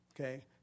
okay